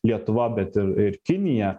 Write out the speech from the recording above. lietuva bet ir ir kinija